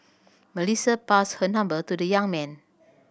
Melissa passed her number to the young man